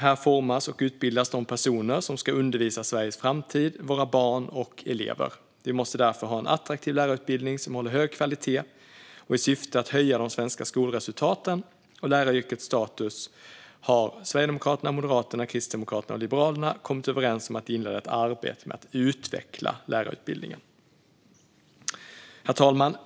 Här formas och utbildas de personer som ska undervisa Sveriges framtid, våra barn och elever. Vi måste därför ha en attraktiv lärarutbildning som håller hög kvalitet. I syfte att höja de svenska skolresultaten och läraryrkets status har Sverigedemokraterna, Moderaterna, Kristdemokraterna och Liberalerna kommit överens om att inleda ett arbete med att utveckla lärarutbildningen.